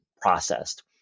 processed